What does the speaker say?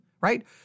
right